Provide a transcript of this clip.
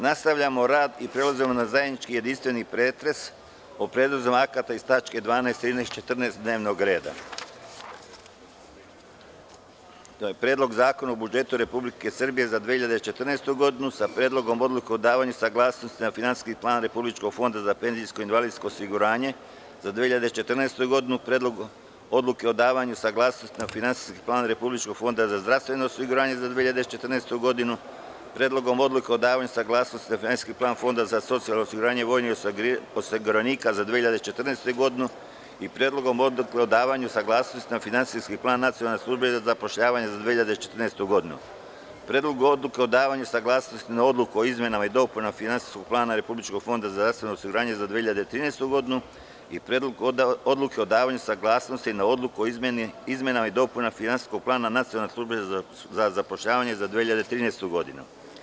Nastavljamo rad i prelazimo na zajednički jedinstveni pretres o predlozima akata iz tačaka 12, 13, i 14. dnevnog reda, to je Predlog zakona o budžetu Republike Srbije za 2014. godinu sa Predlogom odluke o davanju saglasnosti na Finansijski plan Republičkog fonda za penzijsko-invalidsko osiguranje za 2014. godinu, Predlogom odluke o davanju saglasnosti na Finansijski plan Republičkog fonda za zdravstveno osiguranje za 2014. godinu, Predlogom odluke o davanju saglasnosti na Finansijski plan Fonda za socijalno osiguranje vojnih osiguranika za 2014. godinu i Predlogom odluke o davanju saglasnosti na Finansijski plan Nacionalne službe za zapošljavanje za 2014. godinu; Predlogu odluke o davanju saglasnosti na Odluku o izmenama i dopunama Finansijskog plana Republičkog fonda za zdravstveno osiguranje za 2013. godinu i Predlog odluke o davanju saglasnosti na Odluku o izmenama i dopunama Finansijskog plana Nacionalne službe za zapošljavanje za 2013. godinu.